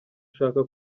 ushaka